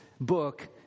book